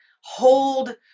hold